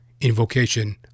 invocation